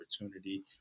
opportunity